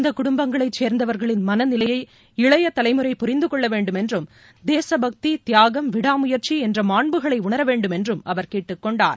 இந்த குடும்பங்களை சேர்ந்தவர்களின் மனநிலையை இளைய தலைமுறை புரிந்துகொள்ள வேண்டும் என்றும் தேசபக்தி தியாகம் விடாமுயற்சி என்ற மாண்புகளை உணர வேண்டும் என்றும் அவர் கேட்டுக்கொண்டார்